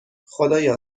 خدایا